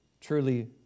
truly